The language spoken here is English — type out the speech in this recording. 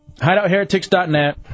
Hideoutheretics.net